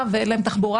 בפניכם,